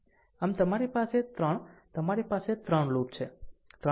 આમ તમારી પાસે 3 તમારી પાસે 3 લૂપ છે